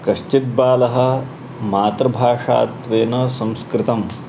कश्चिद्बालः मातृभाषात्वेन संस्कृतम्